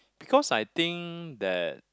because I think that